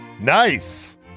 Nice